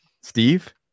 Steve